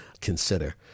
consider